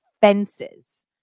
fences